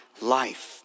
life